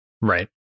Right